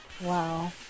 Wow